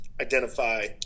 identify